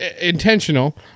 intentional